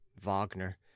Wagner